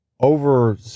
over